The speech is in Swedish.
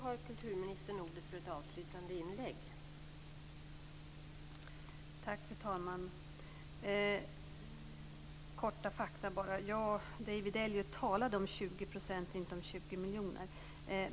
Fru talman! Några korta fakta: David Elliot talade om 20 %, inte om 20 miljoner.